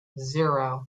zero